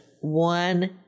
one